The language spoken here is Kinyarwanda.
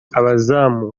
abazamu